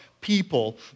people